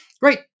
Great